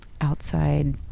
outside